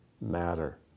matter